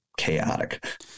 chaotic